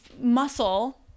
muscle